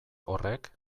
horrek